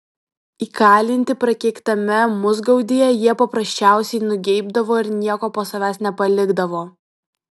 įkalinti prakeiktame musgaudyje jie paprasčiausiai nugeibdavo ir nieko po savęs nepalikdavo